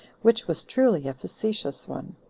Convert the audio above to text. which was truly a facetious one.